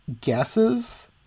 guesses